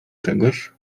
czegoś